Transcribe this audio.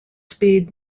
speed